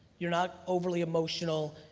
you're not overly emotional,